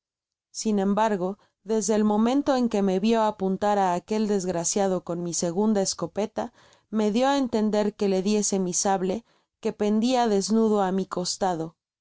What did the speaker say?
sin embargo desde el momento en que me vió apuntar á aquel desgraciado con mi segunda escopeta me dio á entender que le diese mi sable que pendia desnudo á mi costado